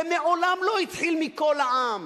זה מעולם לא התחיל מכל העם.